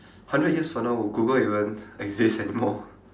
hundred years from now would Google even exist anymore